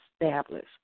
established